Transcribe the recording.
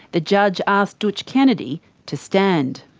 the judge asked dootch kennedy to stand.